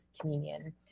communion